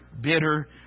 bitter